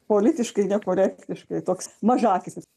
politiškai nekorektiškai toks mažaakis